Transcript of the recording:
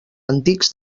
antics